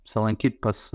apsilankyt pas